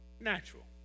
natural